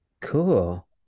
cool